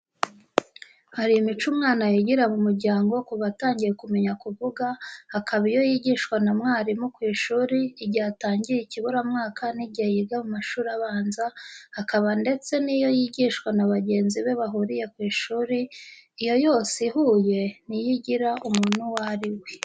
Hari imico umwana yigira mu muryango kuva atangiye kumenya kuvuga, hakaba iyo yigishwa na mwarimu ku ishuri, igihe atangiye ikiburamwaka n'igihe yiga mu mashuri abanza, hakaba ndetse n'iyo yigishwa na bagenzi be bahuriye ku ishuri, iyo yose ihuye, ni yo igira umuntu uwo ari we.